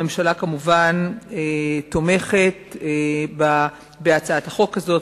הממשלה כמובן תומכת בהצעת החוק הזאת,